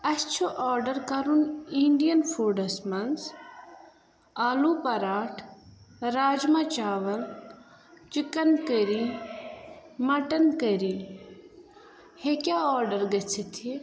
اَسہِ چھُ آرڈَر کَرُن اِنڈین فُڈَس منٛز آلو پَراٹھ راجِمہ چاوَل چِکن کٔری مَٹَن کٔری ہیٚکیا آرڈَر گٔژھتھ یہِ